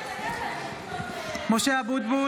(קוראת בשמות חברי הכנסת) משה אבוטבול,